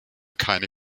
keine